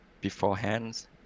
beforehand